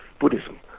buddhism